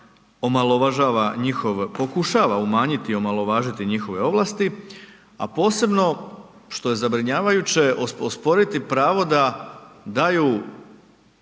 pokušava umanjiti i omalovažiti njihove ovlasti a posebno što je zabrinjavajuće, osporiti pravo da daju